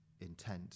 intent